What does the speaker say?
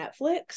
Netflix